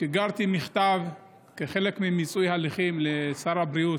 שיגרתי מכתב כחלק מניסוי הליכים לשר הבריאות,